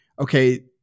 okay